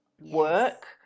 work